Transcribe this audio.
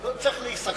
לא צריך להיסחף.